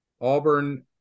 Auburn